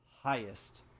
highest